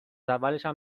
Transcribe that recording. اولشم